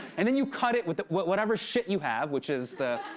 and then you cut it with whatever shit you have, which is the.